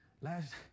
Last